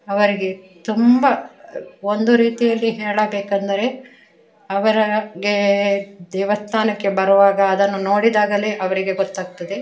ಅವರಿಗೆ ತುಂಬ ಒಂದು ರೀತಿಯಲ್ಲಿ ಹೇಳಬೇಕಂದರೆ ಅವರ ಗೆ ದೇವಸ್ಥಾನಕ್ಕೆ ಬರುವಾಗ ಅದನ್ನು ನೋಡಿದಾಗಲೇ ಅವರಿಗೆ ಗೊತ್ತಾಗ್ತದೆ